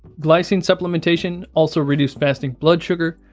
glycine supplementation also reduced fasting blood sugar,